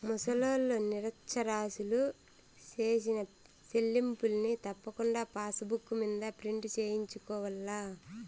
ముసలోల్లు, నిరచ్చరాసులు సేసిన సెల్లింపుల్ని తప్పకుండా పాసుబుక్ మింద ప్రింటు సేయించుకోవాల్ల